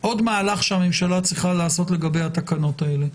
מהלך שהממשלה צריכה לעשות לגבי התקנות האלה.